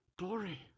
glory